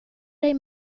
dig